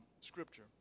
scripture